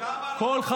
כן,